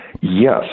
Yes